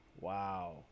Wow